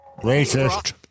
Racist